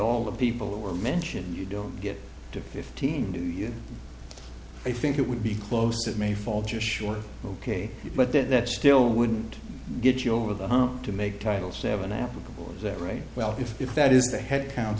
all the people that were mentioned you don't get to fifteen do you think it would be close it may fall just short ok but that still wouldn't get you over the hump to make title seven applicable is that right well if if that is the head count